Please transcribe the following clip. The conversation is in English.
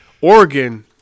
Oregon